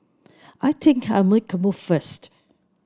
I think I'll make a move first